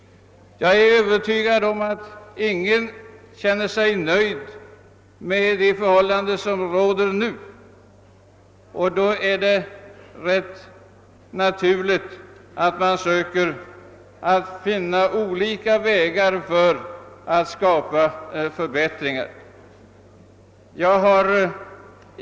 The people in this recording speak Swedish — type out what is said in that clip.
Jag är övertygad om att ingen känner sig nöjd med de förhållanden som nu råder, och då är det rätt naturligt att man söker finna vägar för att skapa förbättringar. Herr talman!